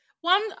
One